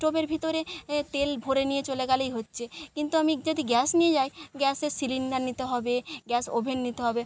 স্টোভের ভিতরে তেল ভরে নিয়ে চলে গেলেই হচ্ছে কিন্তু আমি যদি গ্যাস নিয়ে যাই গ্যাসের সিলিন্ডার নিতে হবে গ্যাস ওভেন নিতে হবে